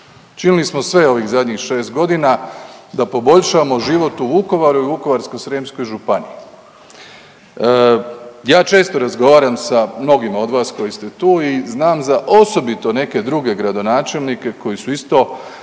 Činili smo sve ovih zadnji 6 godina da poboljšamo život u Vukovaru i Vukovarsko-srijemskoj županiji. Ja često razgovaram sa mnogima od vas koji ste tu i znam za osobito neke druge gradonačelnike koji su isto